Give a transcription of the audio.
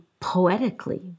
poetically